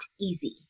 easy